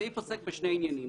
הסעיף עוסק בשני עניינים,